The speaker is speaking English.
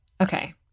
Okay